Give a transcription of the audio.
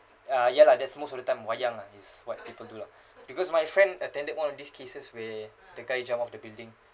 ah ya lah that's most of the time wayang lah is what people do lah because my friend attended one of these cases where the guy jumped off the building